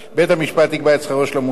בית-המשפט יקבע את שכרו של המומחה,